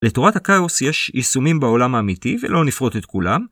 לתורת הכאוס יש יישומים בעולם האמיתי, ולא נפרוט את כולם.